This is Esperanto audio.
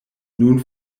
nun